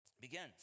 Begins